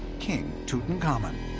king tutankhamun.